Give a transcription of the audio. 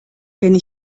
kenne